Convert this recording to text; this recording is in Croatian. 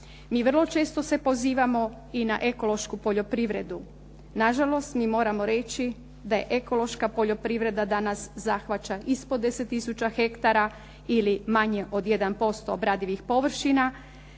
Mi vrlo često se pozivamo i na ekološku poljoprivredu. Na žalost, mi moramo reći da je ekološka poljoprivreda danas zahvaća ispod 10000 ili manje od 1% obradivih površina.